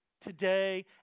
today